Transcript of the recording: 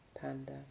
Panda